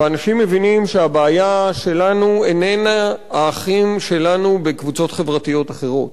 ואנשים מבינים שהבעיה שלנו איננה האחים שלנו בקבוצות חברתיות אחרות.